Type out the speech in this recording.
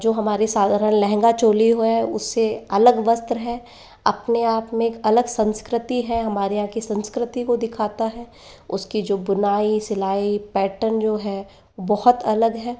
जो हमारे साधारण लहंगा चोली है उससे अलग वस्त्र है अपने आप में एक अलग संस्कृति है हमारे यहाँ की संस्कृति को दिखाता है उसकी जो बुनाई सिलाई पेटर्न जो है बहुत अलग है